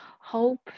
hope